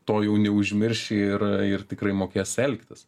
to jau neužmirši ir ir tikrai mokėsi elgtis